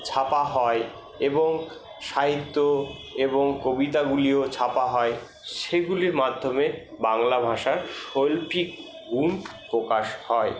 ছাপা হয় এবং সাহিত্য এবং কবিতাগুলিও ছাপা হয় সেগুলির মাধ্যমে বাংলা ভাষার শৈল্পিক গুণ প্রকাশ হয়